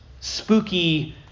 spooky